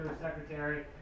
secretary